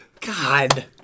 God